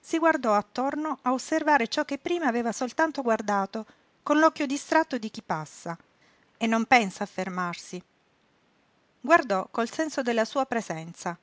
si guardò attorno a osservare ciò che prima aveva soltanto guardato con l'occhio distratto di chi passa e non pensa a fermarsi guardò col senso della sua presenza